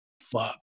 fuck